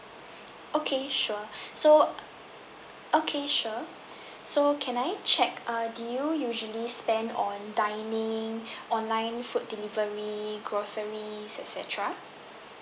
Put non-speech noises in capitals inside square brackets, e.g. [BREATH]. okay sure [BREATH] so okay sure so can I check uh do you know usually spend on dining [BREATH] online food delivery groceries et cetera